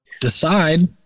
decide